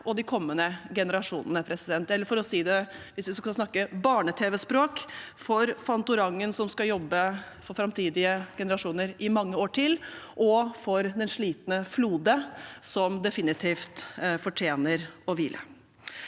og de kommende generasjonene, eller for å si det på barne-tv-språk: for Fantorangen, som skal jobbe for framtidens generasjoner i mange år til, og for den slitne Flode, som definitivt fortjener å hvile.